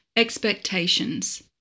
expectations